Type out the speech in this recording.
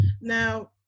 now